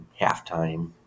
halftime